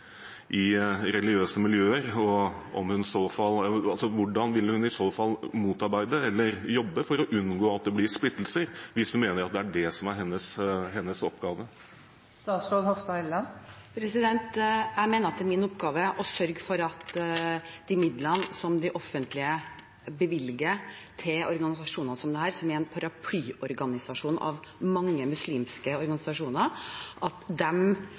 i religiøse miljøer. Hvordan vil hun i så fall jobbe for å unngå at det blir splittelser, hvis hun mener at det er det som er hennes oppgave? Jeg mener at det er min oppgave å sørge for at organisasjoner som dette, som er en paraplyorganisasjon for mange muslimske organisasjoner, og som det offentlige bevilger midler til, leverer på de forventningene som Stortinget har for driftsstøtte. Det er